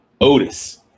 Otis